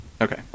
okay